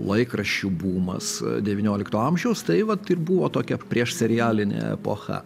laikraščių bumas devyniolikto amžiaus tai vat ir buvo tokia priešserialinė epocha